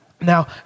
Now